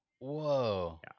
whoa